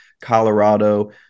Colorado